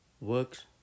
works